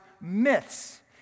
myths